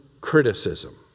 criticism